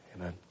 amen